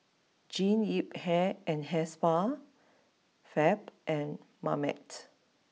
Jean Yip Hair and Hair Spa Fab and Marmite